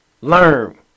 Learn